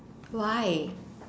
why